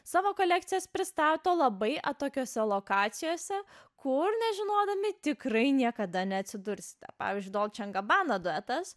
savo kolekcijas pristato labai atokiose lokacijose kur nežinodami tikrai niekada neatsidursite pavyzdžiui dolče en gabana duetas